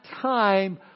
time